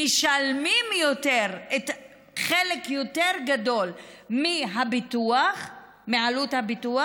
משלמים חלק יותר גדול מעלות הביטוח,